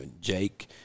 jake